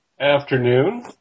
Afternoon